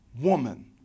woman